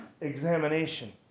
examination